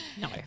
No